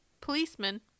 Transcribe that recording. policeman